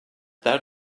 that